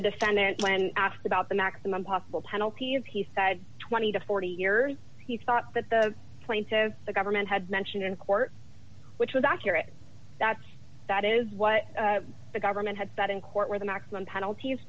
the defendant when asked about the maximum possible penalties he said twenty to forty years he thought that the plaintive the government had mentioned in court which was accurate that that is what the government had said in court where the maximum penalties